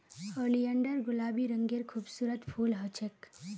oleander गुलाबी रंगेर खूबसूरत फूल ह छेक